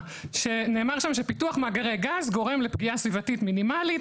נאמר שם שפיתוח מאגרי גז גורם לפגיעה סביבתית מינימלית,